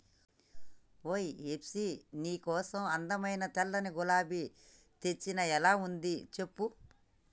ఓయ్ హెప్సీ నీ కోసం అందమైన తెల్లని గులాబీ తెచ్చిన ఎలా ఉంది సెప్పు